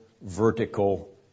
vertical